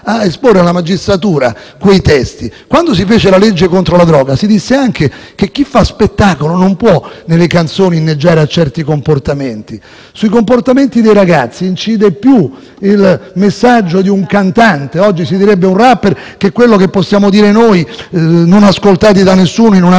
a esporre alla magistratura quei testi. Quando si fece la legge contro la droga, si disse anche che chi fa spettacolo non può nelle canzoni inneggiare a certi comportamenti. Sui comportamenti dei ragazzi incide più il messaggio di un cantante - oggi si direbbe un *rapper* - che quello che possiamo dire noi, non ascoltati da nessuno in